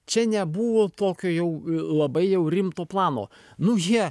čia nebuvo tokio jau labai jau rimto plano nu jie